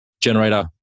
generator